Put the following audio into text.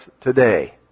today